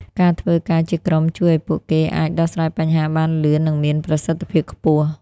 ការធ្វើការជាក្រុមជួយឲ្យពួកគេអាច ដោះស្រាយបញ្ហាបានលឿន និងមានប្រសិទ្ធភាពខ្ពស់។